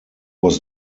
was